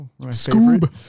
Scoob